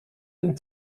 den